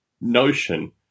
notion